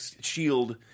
shield